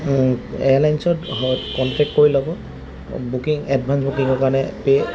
এয়াৰলাইনঞ্চত contact কৰি ল'ব booking advance বুকিঙৰ কাৰণে পে'